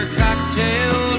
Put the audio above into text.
cocktail